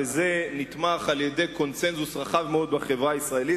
וזה נתמך על-ידי קונסנזוס רחב מאוד בחברה הישראלית,